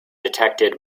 detected